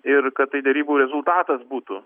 ir kad tai derybų rezultatas būtų